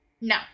No